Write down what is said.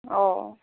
অ'